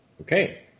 Okay